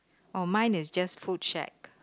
orh mine is just food shack